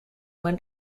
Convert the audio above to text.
buen